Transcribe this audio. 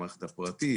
במערכת הפרטית,